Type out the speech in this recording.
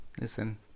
Listen